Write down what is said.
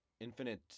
infinite